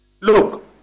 Look